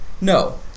No